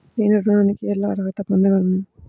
నేను ఋణానికి ఎలా అర్హత పొందగలను?